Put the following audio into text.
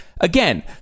again